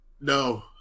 No